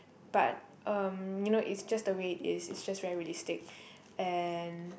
but um you know it's just the way it is it's just very realisitc and